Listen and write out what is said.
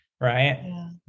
Right